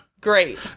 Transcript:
Great